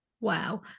wow